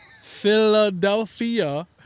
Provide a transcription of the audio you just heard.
Philadelphia